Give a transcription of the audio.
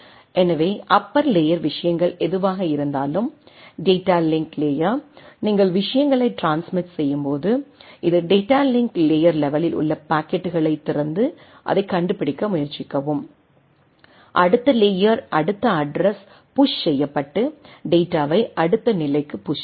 எனவே upper layer விஷயங்கள் எதுவாக இருந்தாலும் டேட்டா லிங்க் லேயர் நீங்கள் விஷயங்களை ட்ரான்ஸ்மிட் செய்யும் போது இது டேட்டா லிங்க் லேயர் லெவலில் உள்ள பாக்கெட்களை திறந்து அதைக் கண்டுபிடிக்க முயற்சிக்கவும் அடுத்த லேயர் அடுத்த அட்ரஸ் புஷ் செய்யப்பட்டு டேட்டாவை அடுத்த நிலைக்குத் புஷ் செய்யும்